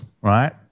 right